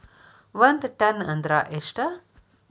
ಒಂದ್ ಟನ್ ಅಂದ್ರ ಎಷ್ಟ?